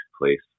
place